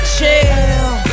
Chill